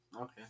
Okay